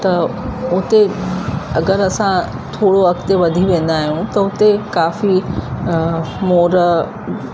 त उते अगरि असां थोरो अॻिते वधी वेंदा आहियूं त हुते काफ़ी मोर